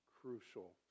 crucial